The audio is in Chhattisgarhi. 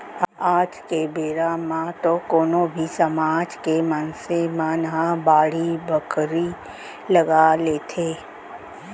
आज के बेरा म तो कोनो भी समाज के मनसे मन ह बाड़ी बखरी लगा लेथे